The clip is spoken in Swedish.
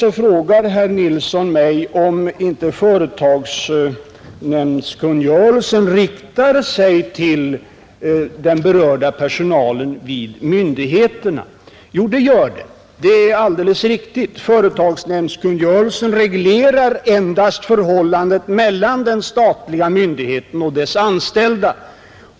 Sedan frågade herr Nilsson om inte företagsnämndskungörelsen riktar sig till den berörda personalen. Jo, det gör den. Företagsnämndskungörelsen reglerar endast förhållandet mellan den statliga myndigheten och dess anställda.